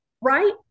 right